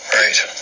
right